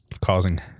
causing